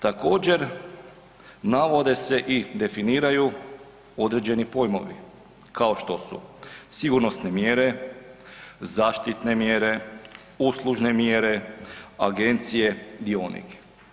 Također navode se i definiraju određeni pojmovi kao što su sigurnosne mjere, zaštitne mjere, uslužne mjere, agencije, dionik.